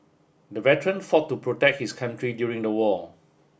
the veteran fought to protect his country during the war